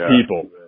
people